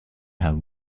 have